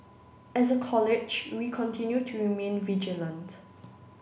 as a College we continue to remain vigilant